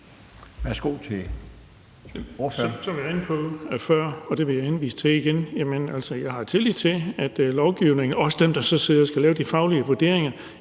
Værsgo til ordføreren.